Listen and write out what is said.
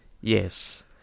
Yes